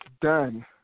done